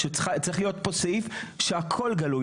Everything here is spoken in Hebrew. שצריך להיות פה סעיף שהכל גלוי.